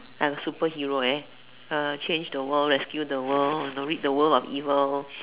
a superhero right change the world rescue the world rid the world of evil